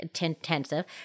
intensive